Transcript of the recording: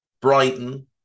Brighton